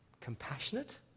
compassionate